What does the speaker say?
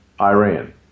Iran